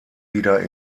wieder